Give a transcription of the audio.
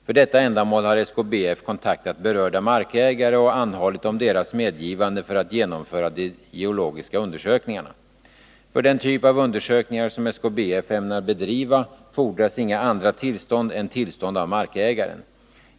För detta ändamål har SKBF kontaktat berörda markägare och anhållit om deras medgivande för att genomföra de geologiska undersökningarna. 181 För den typ av undersökningar som SKBF ämnar bedriva fordras inga andra tillstånd än tillstånd av markägaren.